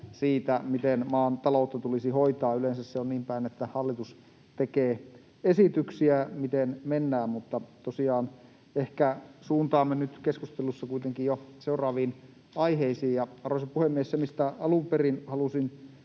siitä, miten maan taloutta tulisi hoitaa. Yleensä se on niin päin, että hallitus tekee esityksiä siitä, miten mennään. — Mutta ehkä suuntaamme nyt keskustelussa kuitenkin jo seuraaviin aiheisiin. Arvoisa puhemies! Se, mistä alun perin halusin